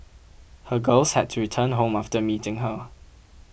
her girls had to return home after meeting her